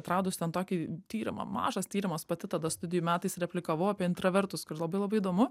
atradus ten tokį tyrimą mažas tyrimas pati tada studijų metais replikavau apie intravertus kur labai labai įdomu